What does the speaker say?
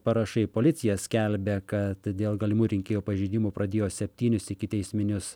parašai policija skelbia kad dėl galimų rinkėjų pažeidimų pradėjo septynis ikiteisminius